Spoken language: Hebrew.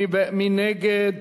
מי נגד?